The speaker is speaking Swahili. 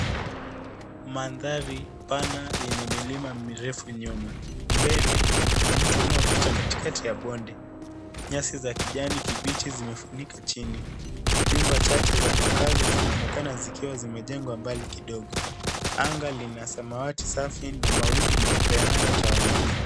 Mandhari pana yenye milima mirefu nyuma. Mbele kuna mto unaopita katikati ya bonde. Nyasi ya kijani kibichi zimefunika chini. Nyumba chache za makazi zinaonekana zikiwa zimejengwa mbali kidogo. Anga lina samawati safi na mawingu meupe yanayotawanyika.